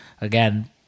again